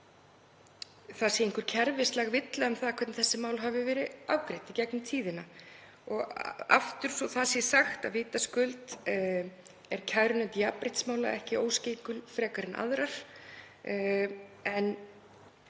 það sé einhver kerfislæg villa í því hvernig þessi mál hafi verið afgreidd í gegnum tíðina. Aftur, svo það sé sagt, er kærunefnd jafnréttismála ekki óskeikul frekar en aðrar.